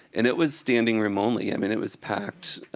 and it was standing room only. i mean, it was packed,